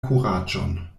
kuraĝon